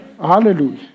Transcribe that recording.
Hallelujah